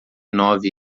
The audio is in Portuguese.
nove